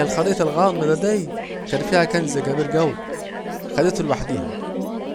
الخريطة الغامضة دي كان فيها كنز كبير جوي، خدته لوحديها